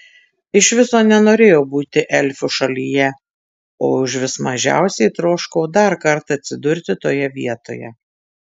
iš viso nenorėjau būti elfų šalyje o užvis mažiausiai troškau dar kartą atsidurti toje vietoje